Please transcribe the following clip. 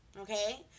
Okay